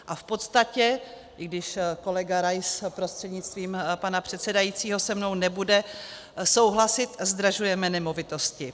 A v podstatě i když kolega Rais prostřednictvím pana předsedajícího se mnou nebude souhlasit zdražujeme nemovitosti.